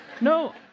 No